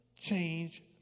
change